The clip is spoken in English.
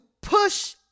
push